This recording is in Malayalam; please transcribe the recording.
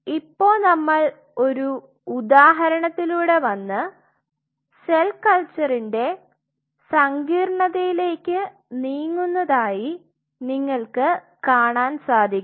ഇപ്പൊ നമ്മൾ ഒരു ഉദാഹരണത്തിലൂടെ വന്ന് സെൽ കൽച്ചറിന്റെ സന്ഗീർണതയിലേക്കു നീങ്ങുന്നതായി നിങ്ങൾക് കാണാൻ സാധിക്കും